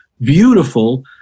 beautiful